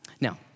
Now